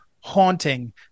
haunting